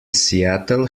seattle